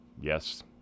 Yes